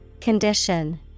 Condition